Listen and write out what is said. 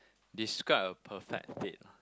describe a prefect date